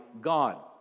God